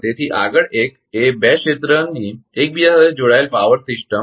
તેથી આગળ એક એ બે ક્ષેત્રની એકબીજા સાથે જોડાયેલ પાવર સિસ્ટમનો એલ